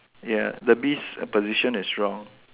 ya the bee's position is wrong